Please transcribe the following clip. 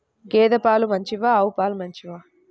గేద పాలు మంచివా ఆవు పాలు మంచివా?